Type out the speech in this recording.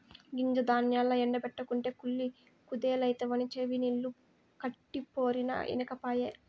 గింజ ధాన్యాల్ల ఎండ బెట్టకుంటే కుళ్ళి కుదేలైతవని చెవినిల్లు కట్టిపోరినా ఇనకపాయె